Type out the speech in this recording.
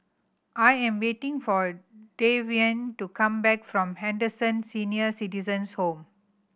I am waiting for Devyn to come back from Henderson Senior Citizens' Home